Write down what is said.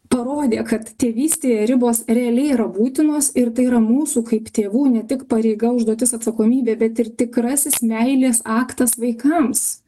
parodė kad tėvystėje ribos realiai yra būtinos ir tai yra mūsų kaip tėvų ne tik pareiga užduotis atsakomybė bet ir tikrasis meilės aktas vaikams